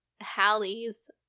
Hallie's